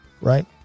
right